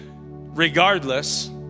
regardless